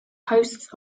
hosts